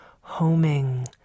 homing